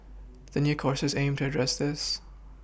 the new courses aim to address this